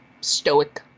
Stoic